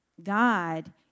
God